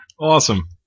Awesome